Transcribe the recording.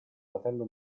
fratello